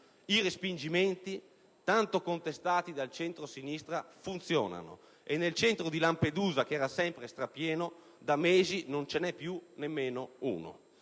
I respingimenti tanto contestati dal centrosinistra funzionano e nel centro di Lampedusa, che era sempre strapieno, da mesi non c'è più nemmeno un